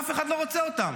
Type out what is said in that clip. אף אחד לא רוצה אותם.